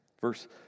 Verse